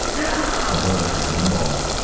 i brought her to one ball,